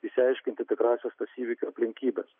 išsiaiškinti tikrąsias tas įvykio aplinkybes